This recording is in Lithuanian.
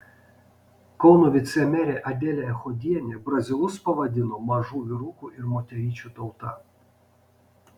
kauno vicemerė adelė echodienė brazilus pavadino mažų vyrukų ir moteryčių tauta